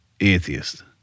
atheist